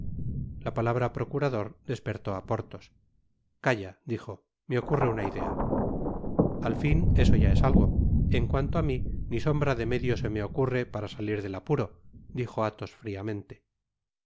la palabra procurador despertó á porthos calla dijo me ocurre una idea al fin eso ya es algo en cuanto á mi ni sombra de medio se me ocurre para salir del apuro dijo athos friamente